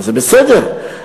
זה בסדר,